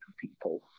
people